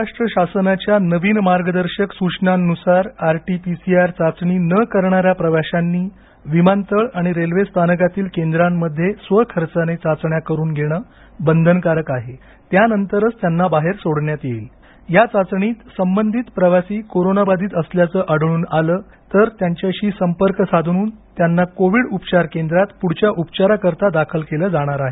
महाराष्ट्र शासनाच्या नवीन मार्गदर्शक सूचनांनुसार R T P C R चाचणी न करणाऱ्या प्रवाश्यांनी विमानतळ आणि रेल्वे स्थानकातील केंद्रामध्ये स्वखर्चाने चाचण्या करून घेण बंधनकारक आहे त्यानंतरच त्यांना बाहेर सोडण्यात येईल ह्या चाचणीत संबंधित प्रवासी कोरोनाबाधित असल्याचं आढळून आलं तर त्यांच्याशी संपर्क साधून त्यांना कोविड उपचार केंद्रात पुढच्या उपचाराकरता दाखल केलं जाणार आहे